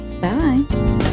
bye